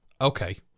Okay